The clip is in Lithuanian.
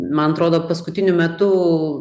man atrodo paskutiniu metu